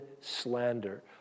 slander